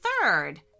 third